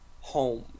home